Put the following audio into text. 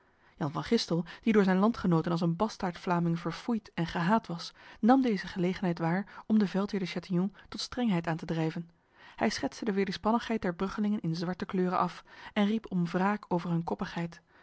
jan van gistel die door zijn landgenoten als een bastaardvlaming verfoeid en gehaat was nam deze gelegenheid waar om de veldheer de chatillon tot strengheid aan te drijven hij schetste de wederspannigheid der bruggelingen in zwarte kleuren af en riep om wraak over hun